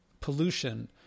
pollution